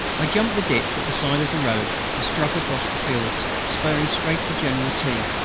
i jumped the ditch at the side of the road, and struck across the fields, spurring straight for general t.